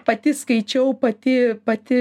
pati skaičiau pati pati